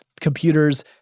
computers